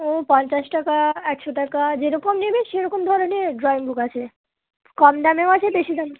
ও পঞ্চাশ টাকা একশো টাকা যেরকম নিবি সেরকম ধরনের ড্রয়িং বুক আছে কম দামেও আছে বেশি দামেও